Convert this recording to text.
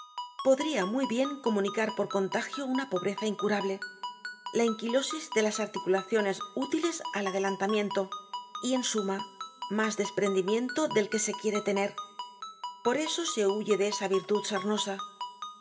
muy bien comunicar por contagio una pobreza incurable la enquilosis de las articulaciones útiles al adelantamiento y en suma mas desprendimiento del que se quiere tener por eso se huye de esa virtud sarnosa de